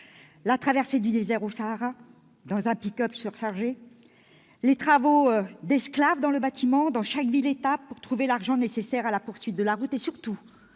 la traversée du désert du Sahara, dans un pick-up surchargé ; les travaux d'esclaves dans le bâtiment, dans chaque ville-étape, pour trouver l'argent nécessaire à la poursuite de la route [...].